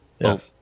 Yes